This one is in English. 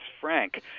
Frank